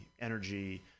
energy